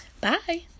Bye